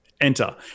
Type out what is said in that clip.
enter